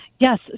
Yes